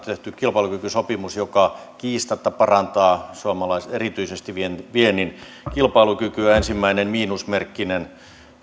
tehty kilpailukykysopimus joka kiistatta parantaa erityisesti suomalaisen viennin kilpailukykyä ensimmäinen miinusmerkkinen